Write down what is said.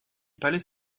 palais